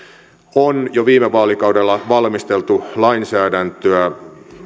jo viime vaalikaudella on valmisteltu lainsäädäntöä